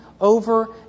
over